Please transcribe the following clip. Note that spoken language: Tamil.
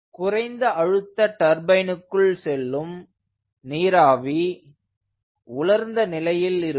குறைந்த அழுத்த டர்பைனுக்குள் செல்லும் நீராவி உலர்ந்த நிலையில் இருக்கும்